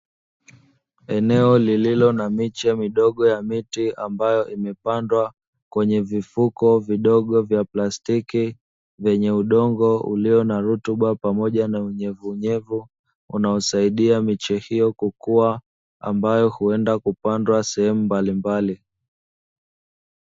Eneo lililo na miche midogo ya miti, amabyo imepandwa kwenye vifuko vidogo vya plastiki, vyenye udongo wenye rutuba pamoja na unyevuunyevu, inayosaidia miche hiyo kukua, ambayo huenda kupandwa sehemu mbalimbali.